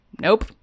Nope